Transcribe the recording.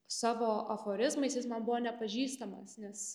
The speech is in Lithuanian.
savo aforizmais jis man buvo nepažįstamas nes